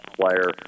player